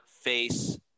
face